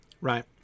right